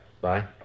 Bye